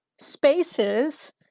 spaces